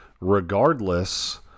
regardless